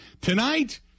Tonight